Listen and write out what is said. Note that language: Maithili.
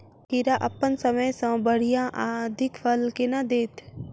खीरा अप्पन समय सँ बढ़िया आ अधिक फल केना देत?